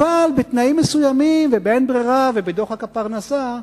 אבל בתנאים מסוימים, ובאין ברירה, ובדוחק הפרנסה,